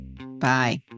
Bye